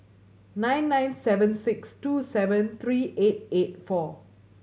nine nine seven six two seven three eight eight four